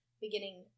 beginning